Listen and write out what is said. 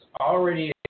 already